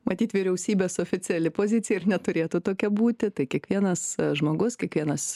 matyt vyriausybės oficiali pozicija ir neturėtų tokia būti tai kiekvienas žmogus kiekvienas